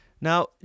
Now